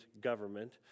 government